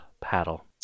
paddle